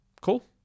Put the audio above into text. cool